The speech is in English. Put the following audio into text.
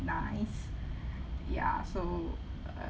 nice ya so